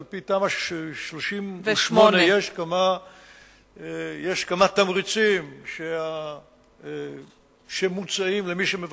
ועל-פי תמ"א 38 יש כמה תמריצים שמוצעים למי שמבקשים,